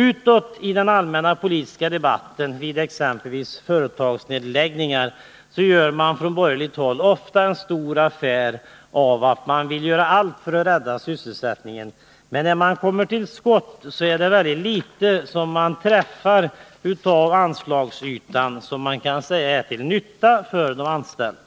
Utåt i den allmänna politiska debatten vid exempelvis företagsnedläggningar görs det från borgerligt håll ofta en stor affär av att man vill göra allt för att rädda sysselsättningen. Men när man kommer till skott är det väldigt 69 litet av anslagsytan som man träffar och som man kan säga är till nytta för de anställda.